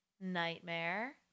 nightmare